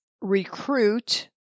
recruit